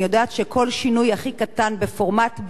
אני יודעת שכל שינוי הכי קטן בפורמט,